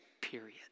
period